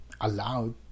allowed